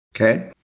Okay